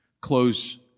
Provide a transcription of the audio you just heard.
close